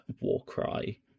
Warcry